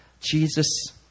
Jesus